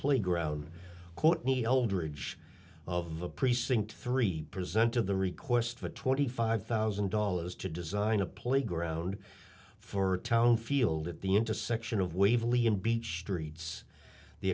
playground courtney eldridge of the precinct three percent of the request for twenty five thousand dollars to design a playground for town field at the intersection of waverly in beech streets the